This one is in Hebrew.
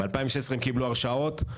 ב-2016 הם קיבלו הרשאות,